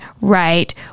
right